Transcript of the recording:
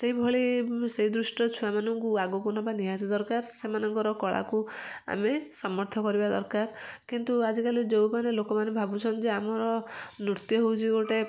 ସେଇଭଳି ସେଇ ଦୃଷ୍ଟିର ଛୁଆମାନଙ୍କୁ ଆଗକୁ ନବା ନିହାତି ଦରକାର ସେମାନଙ୍କର କଳା କୁ ଆମେ ସମର୍ଥ କରିବା ଦରକାର କିନ୍ତୁ ଆଜିକାଲି ଯେଉଁମାନେ ଲୋକମାନେ ଭାବୁଛନ୍ତି ଯେ ଆମର ନୃତ୍ୟ ହଉଛି ଗୋଟେ